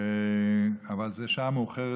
אבל זו שעה מאוחרת,